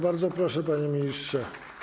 Bardzo proszę, panie ministrze.